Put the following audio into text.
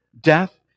death